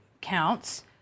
counts